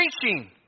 preaching